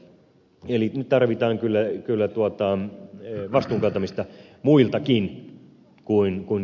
eli nyt tarvitaan kyllä vastuun kantamista muiltakin kuulin kun